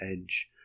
edge